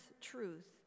truth